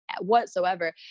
whatsoever